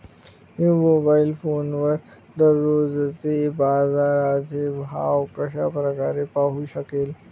मी mobile फोनवर दररोजचे बाजाराचे भाव कशा प्रकारे पाहू शकेल?